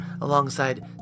alongside